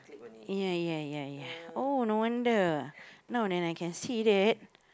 ya ya ya ya oh no wonder now that I can see that